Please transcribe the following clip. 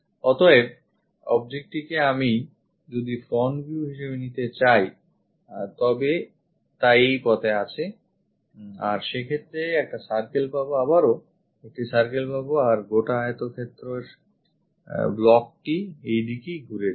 অতএব objectটিকে আমি যদি front view হিসেবে নিতে যাই তবে তা এই পথে আছে আমরা সেক্ষেত্রে একটা circle পাবো আবারও একটি circle পাবো আর গোটা আয়তক্ষেত্রাকারের blockটিএইদিকেই ঘুরে যায়